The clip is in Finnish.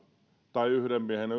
tai yhden miehen